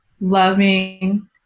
loving